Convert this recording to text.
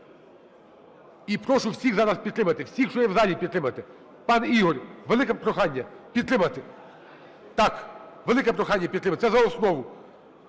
І прошу всіх зараз підтримати, всіх, що є в залі, підтримати. Пане Ігорю, велике прохання підтримати. Так, велике прохання підтримати. Це за основу.